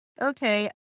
Okay